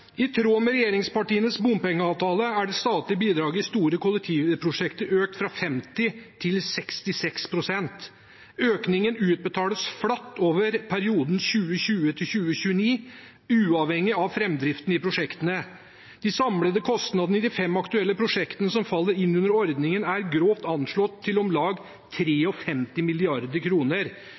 I tråd med regjeringspartienes bompengeavtale er det statlige bidraget i store kollektivprosjekter økt fra 50 pst. til 66 pst. Økningen utbetales flatt over perioden 2020–2029, uavhengig av framdriften i prosjektene. De samlede kostnadene i de fem aktuelle prosjektene som faller inn under ordningen, er grovt anslått til om lag